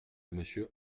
monsieur